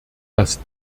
dass